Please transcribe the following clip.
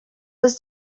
was